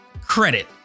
credit